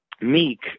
Meek